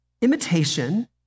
Imitation